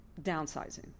downsizing